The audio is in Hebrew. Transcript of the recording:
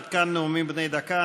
עד כאן נאומים בני דקה.